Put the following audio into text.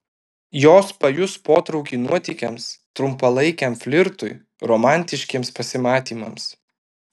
jos pajus potraukį nuotykiams trumpalaikiam flirtui romantiškiems pasimatymams